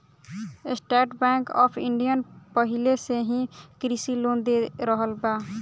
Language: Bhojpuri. स्टेट बैंक ऑफ़ इण्डिया पाहिले से ही कृषि लोन दे रहल बा